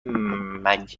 مگنولیا